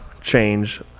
change